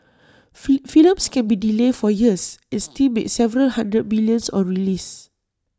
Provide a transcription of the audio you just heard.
fee films can be delayed for years and still make several hundred millions on release